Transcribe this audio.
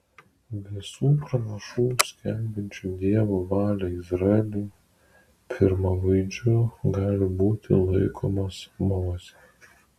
visų pranašų skelbiančių dievo valią izraeliui pirmavaizdžiu gali būti laikomas mozė